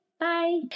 Bye